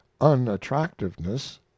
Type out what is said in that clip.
unattractiveness